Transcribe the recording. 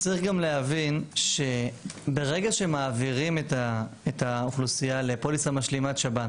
צריך גם להבין שברגע שמעבירים את האוכלוסייה לפוליסת משלימת שב"ן,